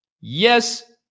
Yes